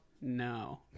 No